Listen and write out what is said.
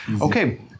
Okay